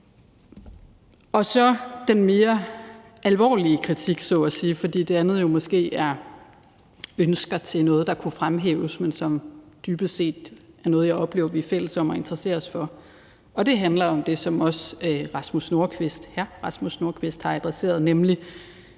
Så til den mere alvorlige kritik, så at sige – for det andet er måske ønsker til noget, der kunne fremhæves, men som dybest set er noget, jeg oplever vi er fælles om at interessere os for – og det handler om det, som også hr. Rasmus Nordqvist har adresseret, nemlig